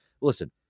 Listen